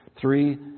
three